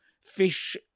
fish